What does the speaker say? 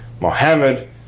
Mohammed